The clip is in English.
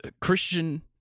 Christian